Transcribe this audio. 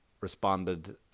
responded